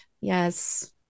Yes